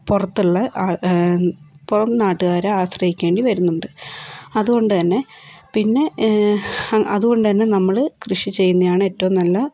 പുറത്തുള്ള ആൾ പുറം നാട്ടുകാരെ ആശ്രയിക്കേണ്ടി വരുന്നുണ്ട് അതുകൊണ്ടുതന്നെ പിന്നെ അതുകൊണ്ടുതന്നെ നമ്മൾ കൃഷി ചെയ്യുന്നയാണ് ഏറ്റവും നല്ല